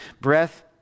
breath